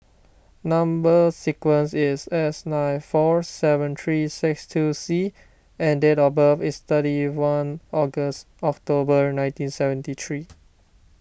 Number Sequence is S nine five four seven three six two C and date of birth is thirty one August October nineteen seventy three